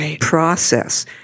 process